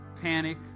panic